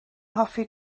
hoffi